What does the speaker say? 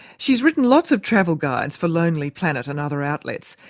she's written lots of travel guides for lonely planet and other outlets,